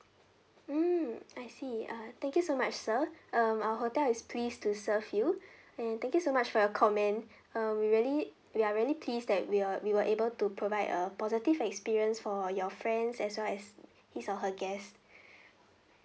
mm I see ah thank you so much sir um our hotel is pleased to serve you and thank you so much for your comment um we really we're really pleased that we're we were able to provide a positive experience for your friends as well as his or her guest